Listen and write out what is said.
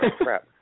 crap